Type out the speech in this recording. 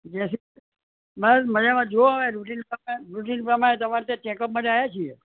બસ મજામાં જુઓ હવે રૂટિન પ્રમાણે રૂટિન પ્રમાણે તમારે ત્યાં ચેક અપ માટે આવ્યા છીએ